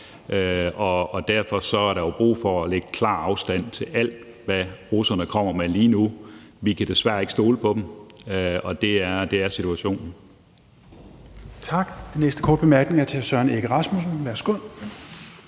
og derfor er der jo brug for at lægge klar afstand til alt, hvad russerne kommer med lige nu. Vi kan desværre ikke stole på dem. Og det er situationen.